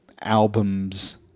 albums